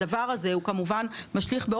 הדבר הזה כמובן משליך.